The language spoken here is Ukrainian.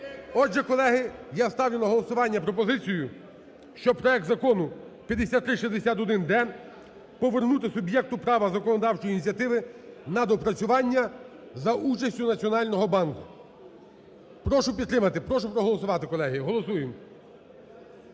Отже, колеги, я ставлю на голосування пропозицію, щоб проект Закону 5361-д повернути суб'єкту права законодавчої ініціативи на доопрацювання за участю Національного банку. Прошу підтримати, прошу проголосувати, колеги, голосуємо.